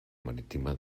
marítima